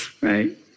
right